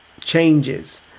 changes